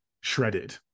shredded